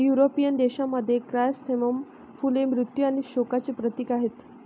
European देशांमध्ये, chrysanthemum फुले मृत्यू आणि शोकांचे प्रतीक आहेत